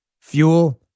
fuel